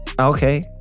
Okay